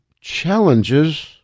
challenges